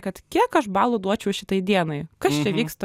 kad kiek aš balų duočiau šitai dienai kas čia vyksta